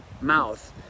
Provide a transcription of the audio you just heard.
mouth